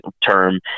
term